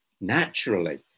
Naturally